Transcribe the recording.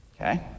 Okay